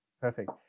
Perfect